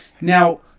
Now